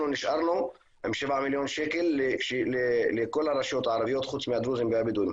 נשארנו עם שבעה מיליון שקל לכל הרשויות הערביות חוץ מהדרוזים והבדואים.